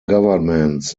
governments